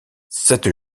cette